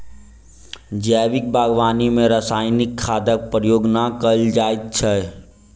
जैविक बागवानी मे रासायनिक खादक प्रयोग नै कयल जाइत छै